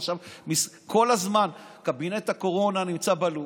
עכשיו כל הזמן קבינט הקורונה נמצא בלופ.